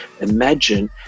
imagine